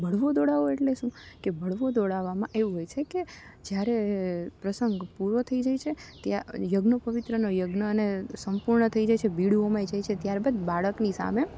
બળવો દોડાવવો એટલે શું કે બળવો દોડાવવામાં એવું હોય છે કે જ્યારે પ્રસંગ પૂરો થઈ જાય છે ત્યાં યજ્ઞોપવિતનો યજ્ઞ અને સંપૂર્ણ થઈ જાય છે બીડું હોમાઈ જાય છે ત્યારબાદ બાળકની સામે